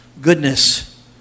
goodness